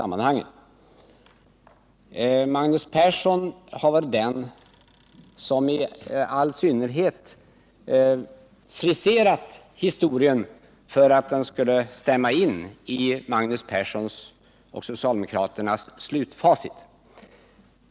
Magnus Persson är den som i synnerhet har friserat historien för att den skall stämma med Magnus Perssons och socialdemokraternas slutfacit.